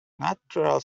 natural